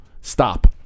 stop